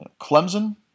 Clemson